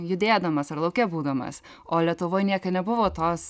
judėdamas ar lauke būdamas o lietuvoj niekad nebuvo tos